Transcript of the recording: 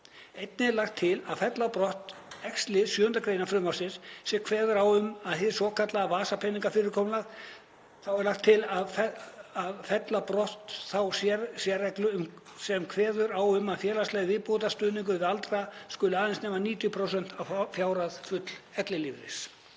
Einnig er lagt til að fella brott x-lið 7. gr. frumvarpsins sem kveður á um hið svokallaða vasapeningafyrirkomulag. Þá er lagt til að fella brott þá sérreglu sem kveður á um að félagslegur viðbótarstuðningur við aldraða skuli aðeins nema 90% af fjárhæð fulls ellilífeyris.“